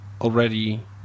already